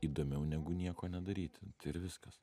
įdomiau negu nieko nedaryti viskas